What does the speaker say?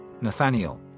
Nathaniel